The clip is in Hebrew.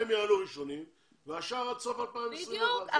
הם יעלו ראשונה והשאר עד סוף 2021. בדיוק,